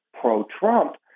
pro-Trump